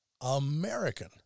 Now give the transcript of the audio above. American